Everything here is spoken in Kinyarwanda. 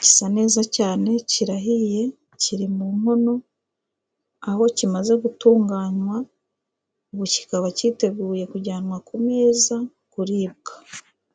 gisa neza cyane， kirahiye， kiri mu nkono，aho kimaze gutunganywa，ubu kikaba cyiteguye kujyanwa ku meza， kuribwa.